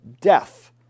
death